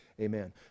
Amen